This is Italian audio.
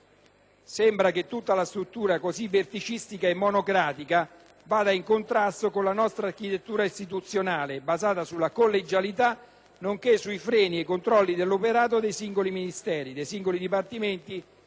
Sembra che tutta la struttura così verticistica e monocratica vada in contrasto con la nostra architettura istituzionale, basata sulla collegialità, nonché sui freni e i controlli dell'operato dei singoli Ministeri, dei singoli Dipartimenti,